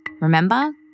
Remember